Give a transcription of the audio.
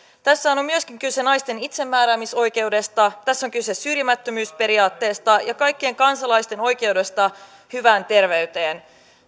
tässähän on kyse myöskin naisten itsemääräämisoikeudesta tässä on kyse syrjimättömyysperiaatteesta ja kaikkien kansalaisten oikeudesta hyvään terveyteen